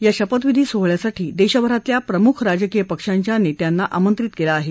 या शपथविधी सोहळ्यासाठी देशभरातल्या प्रमुख राजकीय पक्षांच्या नेत्यांना आमंत्रित केलं आहे